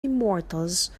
immortals